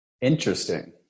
Interesting